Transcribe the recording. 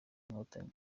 inkotanyi